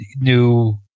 new